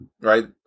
right